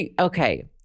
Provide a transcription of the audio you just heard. okay